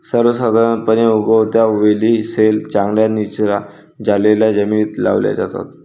सर्वसाधारणपणे, उगवत्या वेली सैल, चांगल्या निचरा झालेल्या जमिनीत लावल्या जातात